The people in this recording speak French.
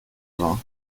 vingts